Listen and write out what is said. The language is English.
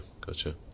gotcha